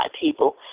people